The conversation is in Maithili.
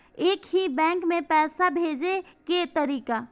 एक ही बैंक मे पैसा भेजे के तरीका?